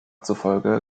zufolge